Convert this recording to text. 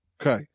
Okay